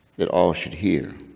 that all should hear.